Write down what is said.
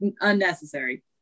unnecessary